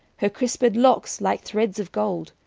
her crisped lockes like threads of golde,